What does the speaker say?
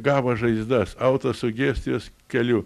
gavo žaizdas autosugestijos keliu